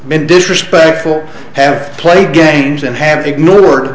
n disrespectful have played games and have ignored